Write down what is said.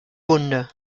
wunde